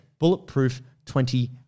bulletproof20